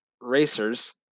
Racers